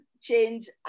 change